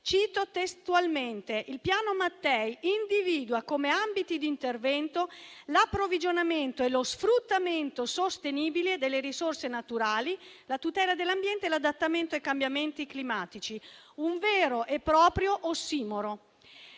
Cito testualmente: «Il "Piano Mattei" individua come ambiti di intervento l'approvvigionamento e lo sfruttamento sostenibile delle risorse naturali, la tutela dell'ambiente, l'adattamento ai cambiamenti climatici». È un vero e proprio ossimoro.